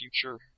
future